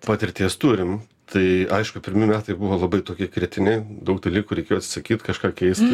patirties turim tai aišku pirmi metai buvo labai tokie kritiniai daug dalykų reikėjo atsisakyt kažką keist